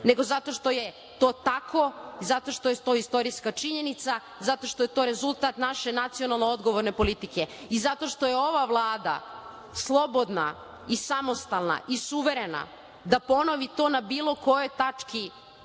nego zato što je to tako, zato što je to istorijska činjenica, zato što je to rezultat naše nacionalno odgovorne politike i zato što je ova Vlada slobodna i samostalna i suverena da ponovi to na bilo kojoj tački